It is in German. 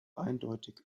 eindeutig